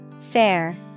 Fair